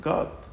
God